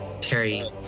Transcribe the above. Terry